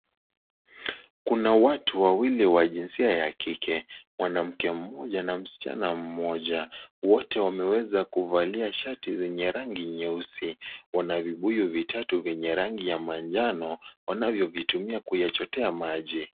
Kuna watu wawili wa jinsia ya kike mwanamke mmoja na msichana mmoja, wote wameweza kuvalia shati zenye rangi nyeusi. Wana vibuyu vitatu vyenye rangi ya manjano, wanavyovitumia kuyachotea maji.